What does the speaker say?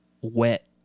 wet